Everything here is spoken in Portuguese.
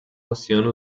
oceano